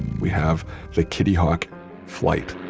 we have the kitty hawk flight.